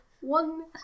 one